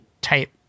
type